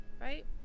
right